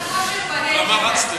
עשה כושר ואני הייתי, כמה רצתם?